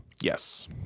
Yes